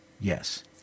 Yes